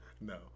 No